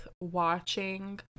watching